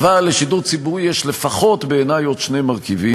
רגע, שנייה.